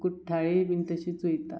कुट्टाळे बीन तशींच वयता